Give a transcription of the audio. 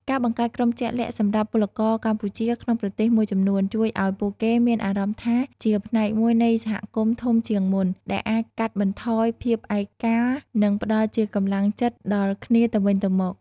ការបង្កើតក្រុមជាក់លាក់សម្រាប់ពលករកម្ពុជាក្នុងប្រទេសមួយចំនួន ជួយឲ្យពួកគេមានអារម្មណ៍ថាជាផ្នែកមួយនៃសហគមន៍ធំជាងមុន ដែលអាចកាត់បន្ថយភាពឯកា និងផ្តល់ជាកម្លាំងចិត្តដល់គ្នាទៅវិញទៅមក ។